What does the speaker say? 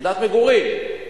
יחידת מגורים.